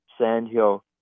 sandhill